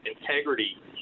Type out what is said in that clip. integrity